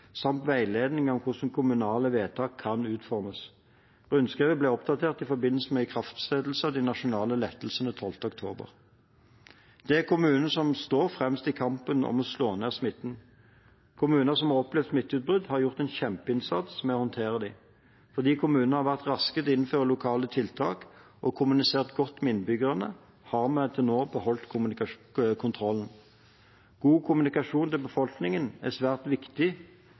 samt veiledning om hvordan kommunale vedtak kan utformes. Rundskrivet ble oppdatert i forbindelse med ikrafttredelsen av de nasjonale lettelsene 12. oktober. Det er kommunene som står fremst i kampen om å slå ned smitten. Kommuner som har opplevd smitteutbrudd, har gjort en kjempeinnsats med å håndtere dem. Fordi kommunene har vært raske med å innføre lokale tiltak og kommunisert godt med innbyggerne, har vi til nå beholdt kontrollen. God kommunikasjon til befolkningen er svært viktig